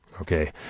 okay